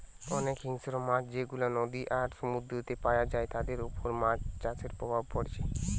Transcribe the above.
অনেক হিংস্র মাছ যেগুলা নদী আর সমুদ্রেতে পায়া যায় তাদের উপর মাছ চাষের প্রভাব পড়ছে